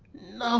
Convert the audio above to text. no